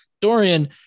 Dorian